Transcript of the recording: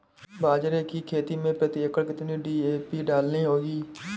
बाजरे की खेती में प्रति एकड़ कितनी डी.ए.पी डालनी होगी?